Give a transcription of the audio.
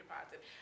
deposit